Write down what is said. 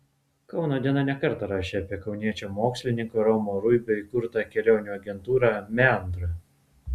kauno diena ne kartą rašė apie kauniečio mokslininko romo ruibio įkurtą kelionių agentūrą meandra